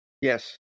Yes